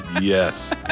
Yes